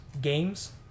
games